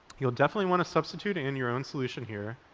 you'll definitely want to substitute in your own solution here,